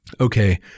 okay